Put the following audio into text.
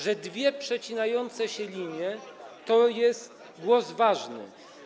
Że dwie przecinające się linie to jest głos ważny.